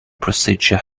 procedure